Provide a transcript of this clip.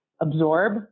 absorb